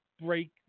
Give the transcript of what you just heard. break